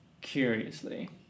curiously